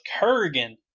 Kurgan